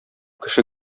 кеше